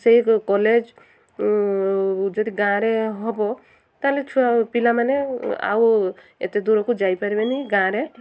ସେଇ କଲେଜ୍ ଯଦି ଗାଁରେ ହେବ ତାହେଲେ ଛୁଆ ପିଲାମାନେ ଆଉ ଏତେ ଦୂରକୁ ଯାଇପାରିବେନି ଗାଁରେ